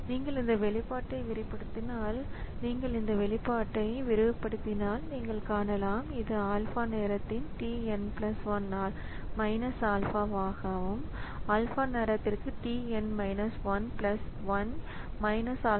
நீங்கள் இந்த வெளிப்பாட்டை விரிவுபடுத்தினால் நீங்கள் இந்த வெளிப்பாட்டை விரிவுபடுத்தினால் நீங்கள் காணலாம் இது ஆல்பா நேரத்தின் tn 1 ஆல்பாவாக ஆல்பா நேரத்திற்குள் tn 1 1 ஆல்பா நேரங்கள் tau n 1